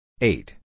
Eight